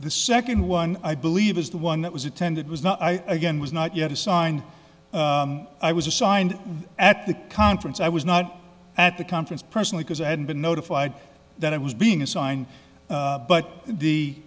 the second one i believe is the one that was attended was not i again was not yet assigned i was assigned at the conference i was not at the conference personally because i had been notified that i was being assigned but the